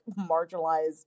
marginalized